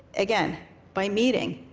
again by meeting.